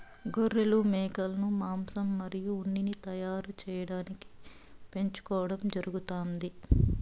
గొర్రెలు, మేకలను మాంసం మరియు ఉన్నిని తయారు చేయటానికి పెంచుకోవడం జరుగుతాంది